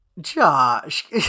Josh